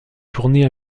tournée